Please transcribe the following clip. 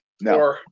no